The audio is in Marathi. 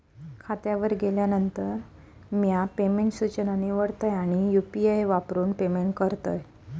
खात्यावर गेल्यानंतर, म्या पेमेंट सूचना निवडतय आणि यू.पी.आई वापरून पेमेंट करतय